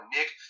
Nick